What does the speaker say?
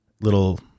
little